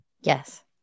Yes